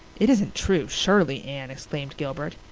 it isn't true surely, anne? exclaimed gilbert.